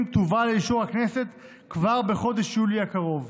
תובא לאישור הכנסת כבר בחודש יולי הקרוב.